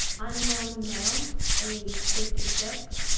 unknown male age fifty six,